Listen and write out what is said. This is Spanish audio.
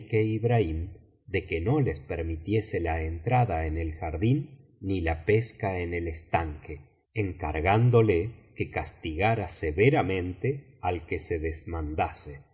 ibrahim de que no les permitiese la entrada en el jardín ni la pesca en el estanque encargándole que castigara severamente al que se desmandase